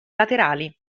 laterali